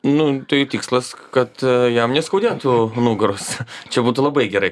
nu tai tikslas kad jam neskaudėtų nugaros čia būtų labai gerai